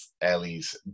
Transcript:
Ellie's